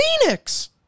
phoenix